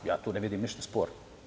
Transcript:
Ja tu ne vidim ništa sporno.